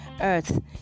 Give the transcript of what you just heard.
earth